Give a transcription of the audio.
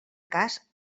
cas